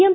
M